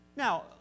Now